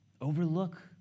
overlook